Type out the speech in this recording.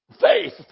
faith